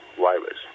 virus